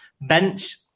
bench